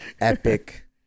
epic